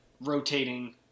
rotating